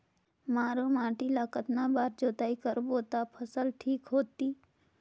मारू माटी ला कतना बार जुताई करबो ता फसल ठीक होती?